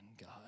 God